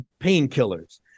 painkillers